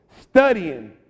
studying